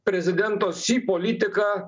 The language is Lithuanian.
prezidento ši politika